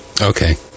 Okay